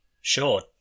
Sure